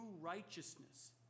righteousness